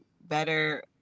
better